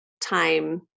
time